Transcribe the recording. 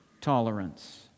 tolerance